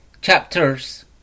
chapters